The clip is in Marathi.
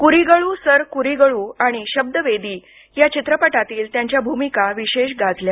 कुरीगळू सर कुरीगळू आणि शब्दवेदी या चित्रपटातील त्यांच्या भूमिका विशेष गाजल्या